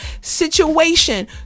situation